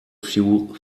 few